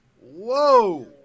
Whoa